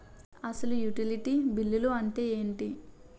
అసలు utility bill అంతే ఎంటి?